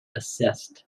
assessed